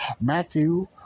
Matthew